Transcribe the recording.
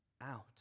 out